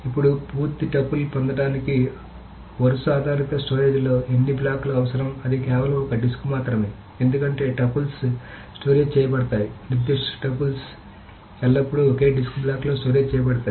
ఇప్పుడు పూర్తి టపుల్ పొందడానికి వరుస ఆధారిత స్టోరేజ్లో ఎన్ని బ్లాక్లు అవసరం అది కేవలం ఒక డిస్క్ మాత్రమే ఎందుకంటే టపుల్స్ స్టోరేజ్ చేయబడతాయి నిర్దిష్ట టపుల్స్ ఎల్లప్పుడూ ఒకే డిస్క్ బ్లాక్లో స్టోరేజ్ చేయబడతాయి